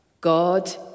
God